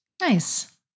Nice